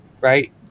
right